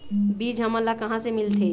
बीज हमन ला कहां ले मिलथे?